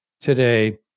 today